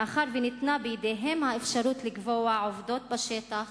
מאחר שניתנה בידיהם האפשרות לקבוע עובדות בשטח